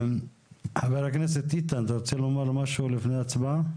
חבר הכנסת איתן, אתה רוצה לומר משהו לפני הצבעה?